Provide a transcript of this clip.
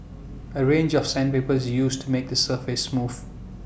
A range of sandpaper is used to make the surface smooth